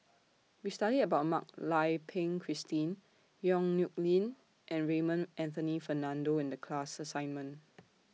We studied about Mak Lai Peng Christine Yong Nyuk Lin and Raymond Anthony Fernando in The class assignment